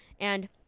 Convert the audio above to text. and-